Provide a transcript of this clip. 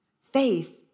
faith